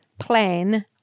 plan